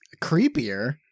creepier